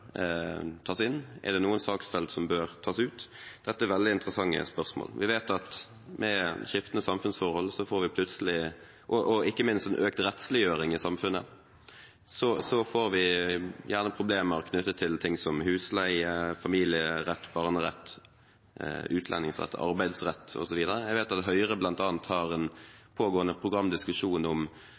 tas inn? Er det noen saksfelt som bør tas ut? Dette er veldig interessante spørsmål. Vi vet at med skiftende samfunnsforhold og ikke minst en økt rettsliggjøring i samfunnet får vi gjerne problemer knyttet til forhold som husleie, familierett, barnerett, utlendingsrett, arbeidsrett osv. Jeg vet at Høyre bl.a. har en pågående programdiskusjon om